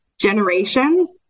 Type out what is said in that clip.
generations